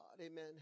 amen